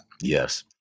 yes